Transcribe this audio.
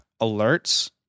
alerts